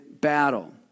battle